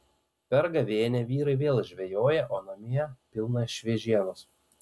per gavėnią vyrai vėl žvejoja o namie pilna šviežienos